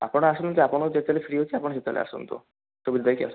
ଆପଣ ଆସନ୍ତୁ ଆପଣଙ୍କୁ ଯେତେବେଳେ ଫ୍ରି ହେଉଛି ଆପଣ ସେତେବେଳେ ଆସନ୍ତୁ ସୁବିଧା ଦେଖି ଆସନ୍ତୁ